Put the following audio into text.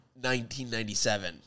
1997